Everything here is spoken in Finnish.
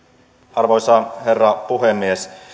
arvoisa herra puhemies